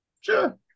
Sure